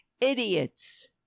idiots